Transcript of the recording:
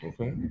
okay